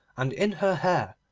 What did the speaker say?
and in her hair,